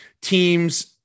teams